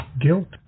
guilt